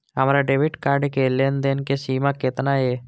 हमार debit card के लेन देन के सीमा केतना ये?